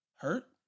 hurt